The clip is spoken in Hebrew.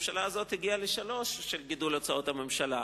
הממשלה הזאת הגיעה ל-3% בגידול הוצאות הממשלה.